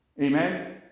Amen